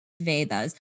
vedas